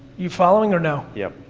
you following, or no? yep.